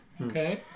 Okay